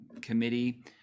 committee